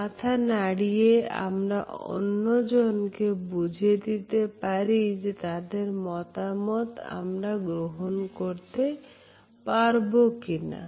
মাথা নাড়িয়ে আমরা অন্যজনকে বুঝিয়ে দিতে পারি যে তাদের মতামত আমরা গ্রহণ করতে পারবো কিনা